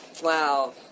wow